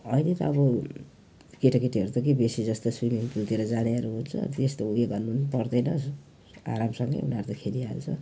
अहिले त अब केटाकेटीहरू त के बेसी जस्तो स्विमिङ पुलतिर जानेहरू हुन्छ त्यस्तो उयो गर्नु पनि पर्दैन आराससँगले उनीहरू त खेलिहाल्छ